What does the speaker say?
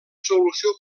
solució